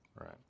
Right